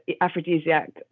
aphrodisiac